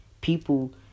people